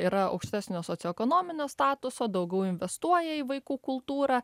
yra aukštesnio socioekonominio statuso daugiau investuoja į vaikų kultūrą